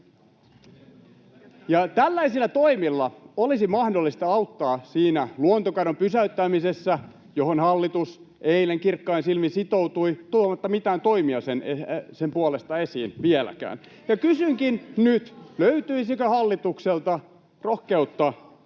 Tällaisilla toimilla olisi mahdollista auttaa siinä luontokadon pysäyttämisessä, johon hallitus eilen kirkkain silmin sitoutui tuomatta mitään toimia sen puolesta esiin, vieläkään. [Sanna Antikainen: Ja